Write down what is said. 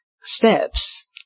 steps